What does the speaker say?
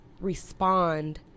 respond